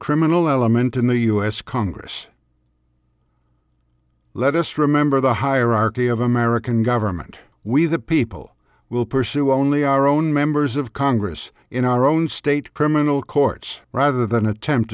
criminal element in the us congress let us remember the hierarchy of american government we the people will pursue only our own members of congress in our own state criminal courts rather than attempt